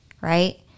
right